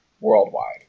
worldwide